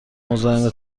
مزاحم